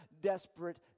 desperate